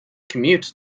commute